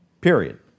period